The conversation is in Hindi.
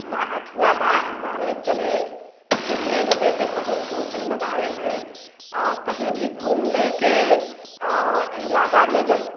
मथुरा बा हमारे चले घूमने बजे के बहुत सोच लगाए हैं कहीं भी घूमने के इरादा में जब